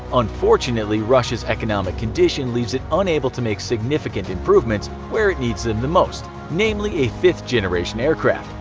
unfortunately russia's economic condition leaves it unable to make significant improvements where it needs them the most namely a fifth generation aircraft,